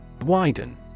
Widen